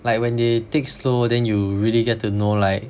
like when they take slow then you really get to know like